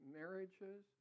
marriages